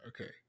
Okay